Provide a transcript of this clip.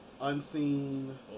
unseen